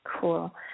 Cool